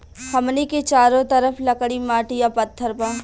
हमनी के चारो तरफ लकड़ी माटी आ पत्थर बा